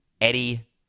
Eddie